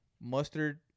Mustard